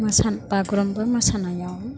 बागुरुम्बा मोसानायाव